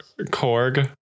Korg